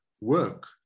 work